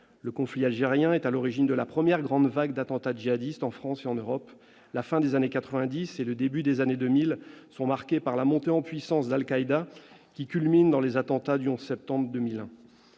Le conflit algérien est à l'origine de la première grande vague d'attentats djihadistes en France et en Europe. La fin des années quatre-vingt-dix et le début des années 2000 sont marqués par la montée en puissance d'Al-Qaïda, qui culmine avec les attentats du 11 septembre 2001.